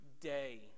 day